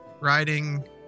Riding